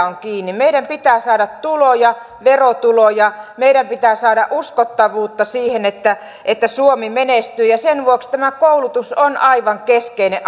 on kiinni meidän pitää saada tuloja verotuloja meidän pitää saada uskottavuutta siihen että että suomi menestyy sen vuoksi koulutus on aivan keskeinen